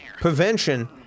Prevention